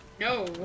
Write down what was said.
No